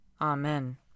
Amen